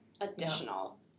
additional